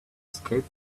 escaped